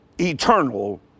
eternal